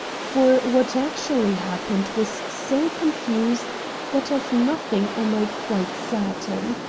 for what actually happened was so confused that of nothing am i quite certain.